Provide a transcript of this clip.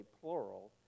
plural